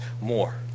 more